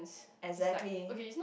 exactly